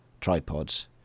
tripods